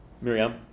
Miriam